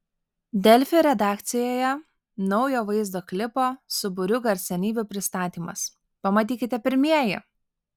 delfi redakcijoje naujo vaizdo klipo su būriu garsenybių pristatymas pamatykite pirmieji